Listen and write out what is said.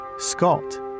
Scott